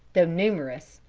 though numerous.